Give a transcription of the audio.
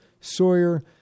Sawyer